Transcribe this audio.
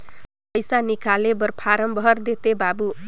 पइसा निकाले बर फारम भर देते बाबु?